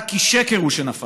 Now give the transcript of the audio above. דע כי שקר הוא שנפלת,